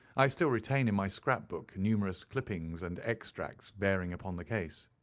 i still retain in my scrap-book numerous clippings and extracts bearing upon the case.